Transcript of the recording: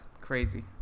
crazy